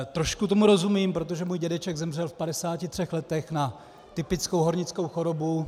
Trošku tomu rozumím, protože můj dědeček zemřel v 53 letech na typickou hornickou chorobu.